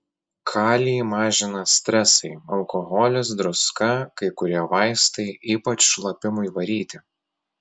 kalį mažina stresai alkoholis druska kai kurie vaistai ypač šlapimui varyti